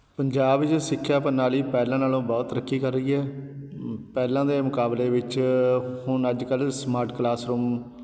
ਪੰਜਾਬ 'ਚ ਸਿੱਖਿਆ ਪ੍ਰਣਾਲੀ ਪਹਿਲਾਂ ਨਾਲੋਂ ਬਹੁਤ ਤਰੱਕੀ ਕਰ ਰਹੀ ਹੈ ਪਹਿਲਾਂ ਦੇ ਮੁਕਾਬਲੇ ਵਿਚ ਹੁਣ ਅੱਜ ਕੱਲ੍ਹ ਸਮਾਰਟ ਕਲਾਸਰੂਮ